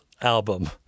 album